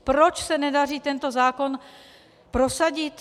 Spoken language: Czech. Proč se nedaří tento zákon prosadit?